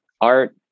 art